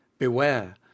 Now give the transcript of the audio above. Beware